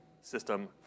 system